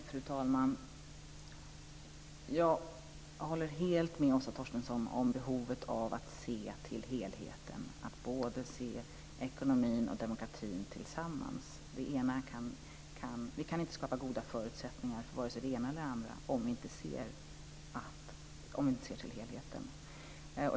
Fru talman! Jag håller helt med Åsa Torstensson om behovet av att se till helheten, att se både ekonomin och demokratin tillsammans. Vi kan inte skapa goda förutsättningar för vare sig det ena eller det andra om vi inte ser till helheten.